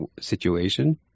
situation